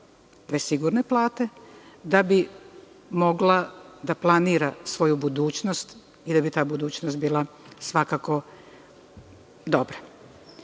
dve sigurne plate da bi mogla da planira svoju budućnost, jer bi ta budućnost bila svakako dobra.